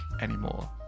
anymore